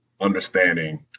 understanding